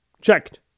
Checked